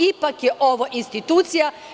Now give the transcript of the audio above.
Ipak je ovo institucija.